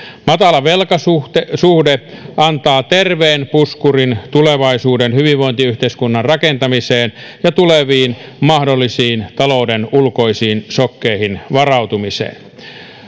matala velkasuhde antaa terveen puskurin tulevaisuuden hyvinvointiyhteiskunnan rakentamiseen ja mahdollisiin tuleviin talouden ulkoisiin sokkeihin varautumiseen